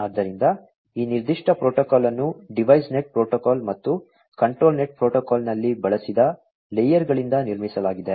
ಆದ್ದರಿಂದ ಈ ನಿರ್ದಿಷ್ಟ ಪ್ರೋಟೋಕಾಲ್ ಅನ್ನು ಡಿವೈಸ್ ನೆಟ್ ಪ್ರೋಟೋಕಾಲ್ ಮತ್ತು ಕಂಟ್ರೋಲ್ ನೆಟ್ ಪ್ರೋಟೋಕಾಲ್ನಲ್ಲಿ ಬಳಸಿದ ಲೇಯರ್ಗಳಿಂದ ನಿರ್ಮಿಸಲಾಗಿದೆ